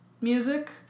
music